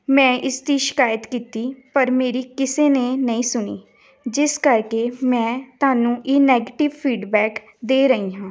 ਮੈਂ ਇਸ ਦੀ ਸ਼ਿਕਾਇਤ ਕੀਤੀ ਪਰ ਮੇਰੀ ਕਿਸੇ ਨੇ ਨਹੀਂ ਸੁਣੀ ਜਿਸ ਕਰਕੇ ਮੈਂ ਤੁਹਾਨੂੰ ਇਹ ਨੈਗਟਿਵ ਫੀਡਬੈਕ ਦੇ ਰਹੀ ਹਾਂ